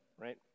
right